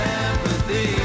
empathy